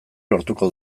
lortuko